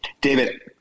David